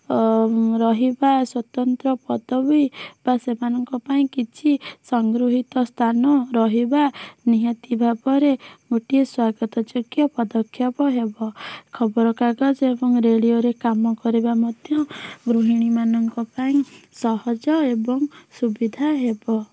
ରହିବା ସ୍ଵତନ୍ତ୍ର ପଦବୀ ବା ସେମାନଙ୍କ ପାଇଁ କିଛି ସଂଗୃହୀତ ସ୍ଥାନ ରହିବା ନିହାତି ଭାବରେ ଗୋଟିଏ ସ୍ଵାଗତଯୋଗ୍ୟ ପଦକ୍ଷେପ ହେବ ଖବରକାଗଜ ଏବଂ ରେଡ଼ିଓରେ କାମ କରିବା ମଧ୍ୟ ଗୃହିଣୀମାନଙ୍କ ପାଇଁ ସହଜ ଏବଂ ସୁବିଧା ହେବ